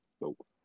Nope